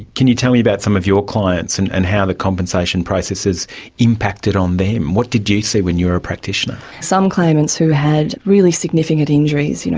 can you tell me about some of your clients and and how the compensation processes impacted on them? what did you see when you were a practitioner? some claimants who had really significant injuries, you know